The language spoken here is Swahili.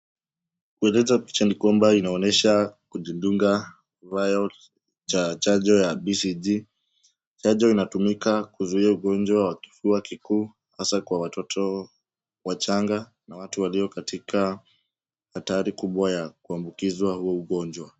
Kueleza picha ni kwamba inaonyesha kujidunga vial cha chanjo ya BCG. Chanjo inatumika kuzuia ugonjwa wa kifua kikuu hasa kwa watoto wachanga na watu walio katika hatari kubwa ya kuambukizwa huu ugonjwa.